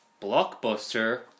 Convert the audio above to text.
blockbuster